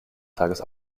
tages